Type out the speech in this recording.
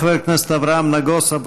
חבר הכנסת אברהם נגוסה,